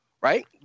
right